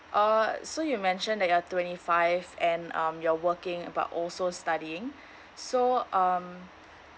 uh so you mentioned that you're twenty five and um you're working uh but also studying so um